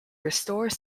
restore